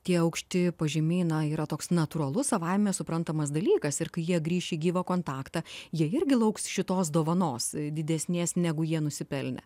tie aukšti pažymiai yra toks natūralus savaime suprantamas dalykas ir kai jie grįš į gyvą kontaktą jie irgi lauks šitos dovanos didesnės negu jie nusipelnę